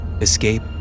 escape